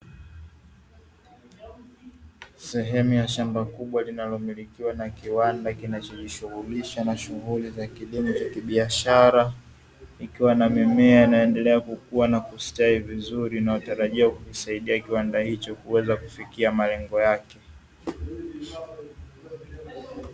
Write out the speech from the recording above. Sehemu ya shamba kubwa linalomilikiwa na kiwanda kinachojishughulisha na shughuli za kilimo cha kibiashara, ikiwa na mimea inayoendelea kukua na kustawi vizuri, inayotarajia kukisaidia kiwanda hicho kuweza kufikia malengo yake.